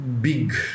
Big